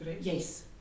yes